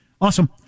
awesome